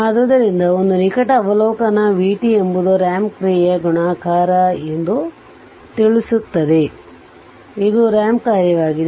ಆದ್ದರಿಂದ ಒಂದು ನಿಕಟ ಅವಲೋಕನವು v t ಎಂಬುದು ರಾಂಪ್ ಕ್ರಿಯೆಯ ಗುಣಾಕಾರ ಎಂದು ತಿಳಿಸುತ್ತದೆ ಇದು ರಾಂಪ್ ಕಾರ್ಯವಾಗಿದೆ